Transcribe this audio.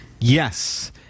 Yes